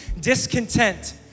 discontent